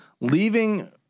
leaving